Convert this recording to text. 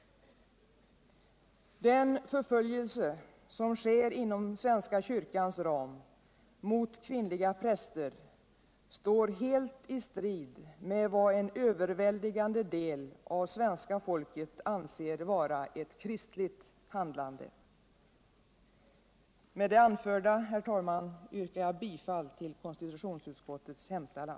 Den förföljelse som sker inom svenska kyrkans ram mot kvinnliga präster står helt i strid med vad en överväldigande del av svenska folket anser vara ett kristligt handlande. Med det anförda, herr talman, yrkar jag bifall till konstitutionsutskottets hemställan.